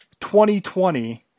2020